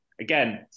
Again